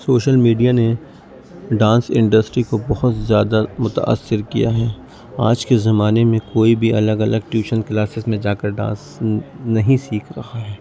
social media نے dance industry کو بہت زیادہ متاثر کیا ہے آج کے زمانے میں کوئی بھی الگ الگ ٹیوشن کلاسز میں جا کر ڈانس نہیں سیکھ رہا ہے